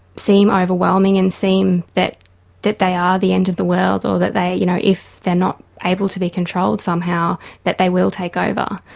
seem ah overwhelming and seem that that they are the end of the world, or that they you know if they're not able to be controlled somehow that they will take over.